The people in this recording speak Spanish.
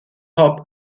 hop